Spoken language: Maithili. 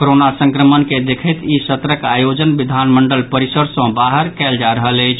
कोरोना संक्रमण के देखैत ई सत्रक आयोजन विधानमंडल परिसर सँ बाहर कयल जा रहल अछि